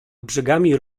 brzegami